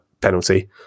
penalty